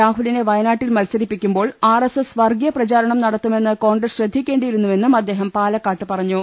രാഹുലിനെ വയനാട്ടിൽ മത്സരിപ്പിക്കുമ്പോൾ ആർഎസ്എസ് വർഗീയ പ്രചാരണം നടത്തു മെന്ന് കോൺഗ്രസ് ശ്രദ്ധിക്കേണ്ടിയിരുന്നുവെന്നും അദ്ദേഹം പാല ക്കാട്ട് പറഞ്ഞു